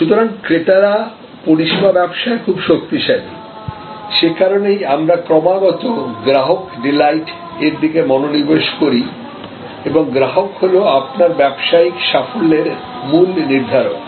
সুতরাং ক্রেতারা পরিষেবা ব্যবসায় খুব শক্তিশালী সে কারণেই আমরা ক্রমাগত গ্রাহক ডিলাইট এর দিকে মনোনিবেশ করি এবং গ্রাহক হল আপনার ব্যবসায়িক সাফল্যের মূল নির্ধারক